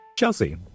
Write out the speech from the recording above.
Chelsea